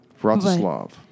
Vratislav